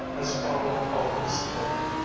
as father always told it.